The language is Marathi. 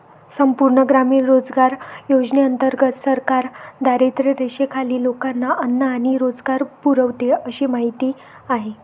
संपूर्ण ग्रामीण रोजगार योजनेंतर्गत सरकार दारिद्र्यरेषेखालील लोकांना अन्न आणि रोजगार पुरवते अशी माहिती आहे